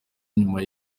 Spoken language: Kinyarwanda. nyuma